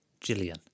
Jillian